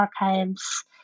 archives